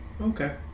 Okay